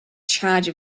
charge